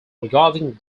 regarding